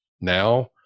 now